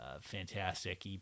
fantastic